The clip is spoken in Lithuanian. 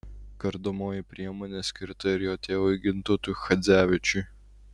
kardomoji priemonė skirta ir jo tėvui gintautui chadzevičiui